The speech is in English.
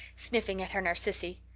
sniffing at her narcissi.